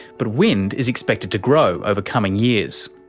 but wind is expected to grow over coming years.